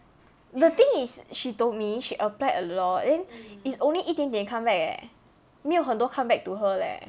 the thing is she told me she applied a lot then is only 一点点 come back leh 很多 come back to her leh